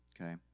Okay